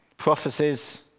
prophecies